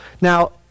Now